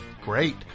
Great